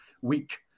week